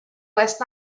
last